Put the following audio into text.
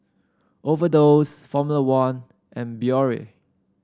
Overdose Formula One and Biore